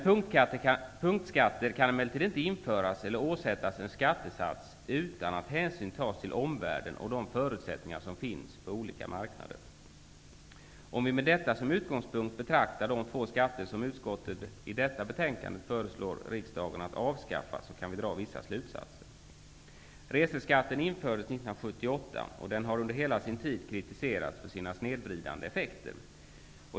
Punktskatter kan emellertid inte införas eller åsättas en skattesats utan att hänsyn tas till omvärlden och de förutsättningar som finns på olika marknader. Om vi med detta som utgångspunkt betraktar de två skatter som utskottet i detta betänkande föreslår riksdagen att avskaffa kan vi dra vissa slutsatser. Reseskatten infördes 1978. Den har under hela sin tid kritiserats för sina snedvridande effekter.